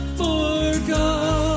forgotten